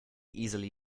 easily